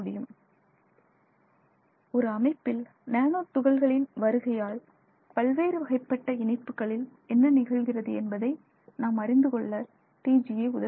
ஒரு அமைப்பில் அமைப்பில் நானோ துகள்களின் வருகையால் பல்வேறு வகைப்பட்ட இணைப்புகளின் என்ன நிகழ்கிறது என்பதை நாம் அறிந்து கொள்ள TGA உதவுகிறது